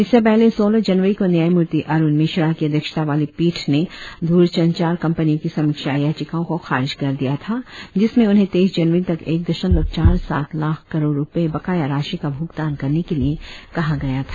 इससे पहले सोलह जनवरी को न्यायमूर्ति अरुण मिश्रा की अध्यक्षता वाली पीठ ने द्रसंचार कंपनियों की समीक्षा याचिकाओं को खारिज कर दिया था जिसमें उन्हें तेईस जनवरी तक एक दशमलव चार सात लाख करोड़ रुपये बकाया राशि का भ्रगतान करने के लिए कहा गया था